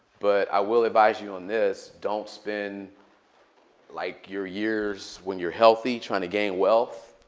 but i will advise you on this. don't spend like your years when you're healthy trying to gain wealth,